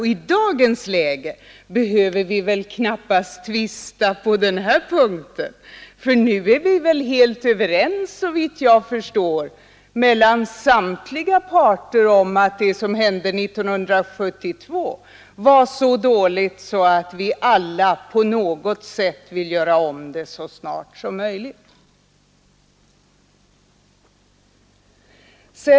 Och i dagens läge behöver vi väl knappast tvista på den punkten, ty såvitt jag förstår är alla överens om att det som hände 1972 var så dåligt att vi alla på något sätt vill göra om det så snart som möjligt.